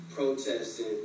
Protesting